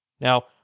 Now